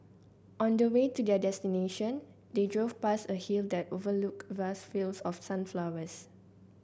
on the way to their destination they drove past a hill that overlooked vast fields of sunflowers